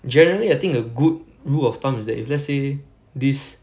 generally I think a good rule of thumb is that if let's say this